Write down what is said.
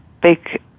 big